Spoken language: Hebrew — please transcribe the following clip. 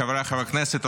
חבריי חברי הכנסת,